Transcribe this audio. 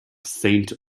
saint